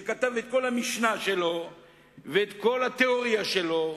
שכתב את כל המשנה שלו וכל התיאוריה שלו,